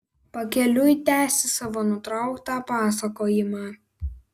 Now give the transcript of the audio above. pakeliui tęsi savo nutrauktą pasakojimą